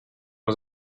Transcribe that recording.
was